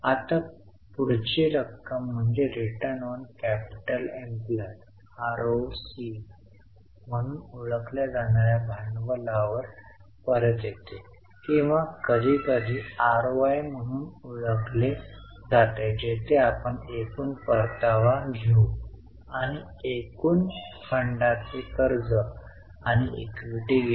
आता पुढची रक्कम म्हणजे Return on Capital Employed ROCE म्हणून ओळखल्या जाणार्या भांडवलावर परत येते किंवा कधीकधी आरओआय म्हणून ओळखले जाते जेथे आपण एकूण परतावा घेऊ आणि एकूण फंडांचे कर्ज आणि इक्विटी घेऊ